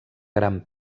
gran